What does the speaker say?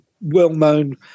well-known